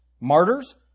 Martyrs